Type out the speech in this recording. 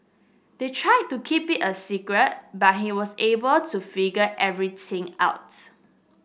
they tried to keep it a secret but he was able to figure everything out